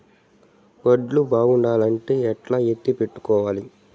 వడ్లు బాగుండాలంటే ఎట్లా ఎత్తిపెట్టుకోవాలి?